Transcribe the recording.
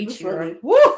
Woo